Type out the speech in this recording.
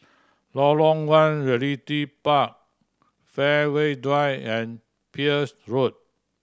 Lorong One Realty Park Fairway Drive and Peirce Road